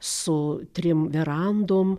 su trim verandom